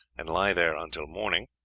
and lie there until morning,